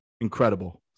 incredible